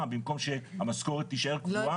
במקום שהמשכורת תישאר קבועה או תגדל.